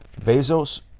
bezos